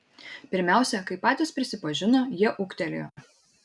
pirmiausia kaip patys prisipažino jie ūgtelėjo